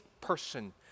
person